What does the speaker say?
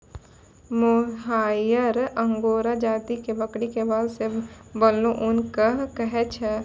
मोहायिर Angora जाति के बकरी के बाल सॅ बनलो ऊन कॅ कहै छै